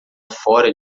fora